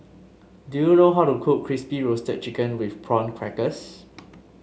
do you know how to cook Crispy Roasted Chicken with Prawn Crackers